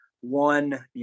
one